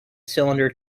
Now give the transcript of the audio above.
cylinder